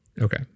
Okay